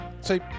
See